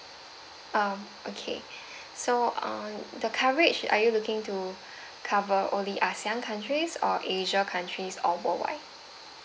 um okay so uh the coverage are you looking to cover only ASEAN countries or asia countries or worldwide